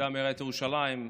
מטעם עיריית ירושלים,